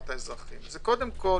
זה קודם כל,